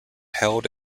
held